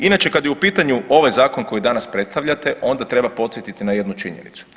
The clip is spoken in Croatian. Inače kada je u pitanju ovaj zakon koji danas predstavljate onda treba podsjetiti na jednu činjenicu.